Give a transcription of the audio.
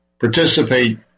participate